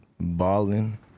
balling